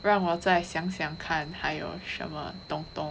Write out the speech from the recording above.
让我再想想看还有什么东东